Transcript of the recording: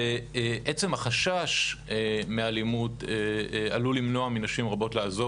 ועצם החשש מאלימות עלול למנוע מנשים רבות לעזוב